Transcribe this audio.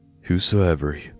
Whosoever